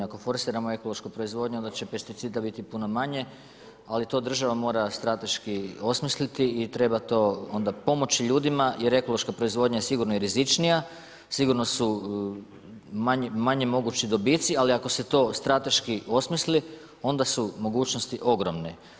Ako forsiramo ekološku proizvodnju, onda će pesticida biti puno manje, ali to država mora strateški osmisliti i treba to onda pomoći ljudima jer ekološka proizvodnja je sigurno i rizičnija, sigurno su manje mogući dobici, ali ako se to strateški osmisli, onda su mogućnosti ogromne.